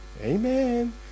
Amen